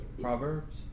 Proverbs